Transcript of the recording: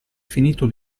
finito